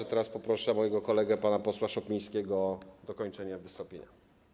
A teraz poproszę mojego kolegę pana posła Szopińskiego o dokończenie wystąpienia.